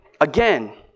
Again